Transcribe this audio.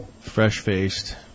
fresh-faced